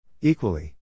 Equally